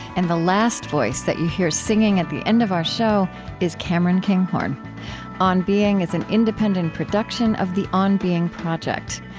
and the last voice that you hear singing at the end of our show is cameron kinghorn on being is an independent production of the on being project.